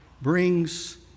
brings